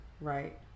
Right